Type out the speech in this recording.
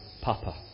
Papa